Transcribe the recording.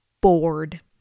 bored